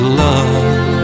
love